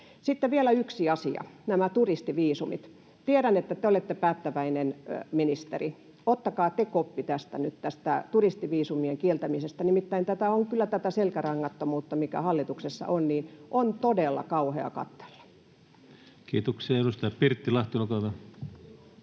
Sitten vielä yksi asia: nämä turistiviisumit. Tiedän, että te olette päättäväinen ministeri. Ottakaa te koppi nyt tästä turistiviisumien kieltämisestä. Nimittäin tätä selkärangattomuutta, mikä hallituksessa on, on kyllä todella kauhea katsella. Kiitoksia. — Edustaja Pirttilahti, olkaa hyvä.